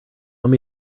want